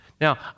Now